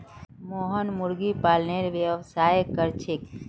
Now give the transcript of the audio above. मोहन मुर्गी पालनेर व्यवसाय कर छेक